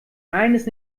eines